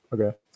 Okay